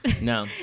No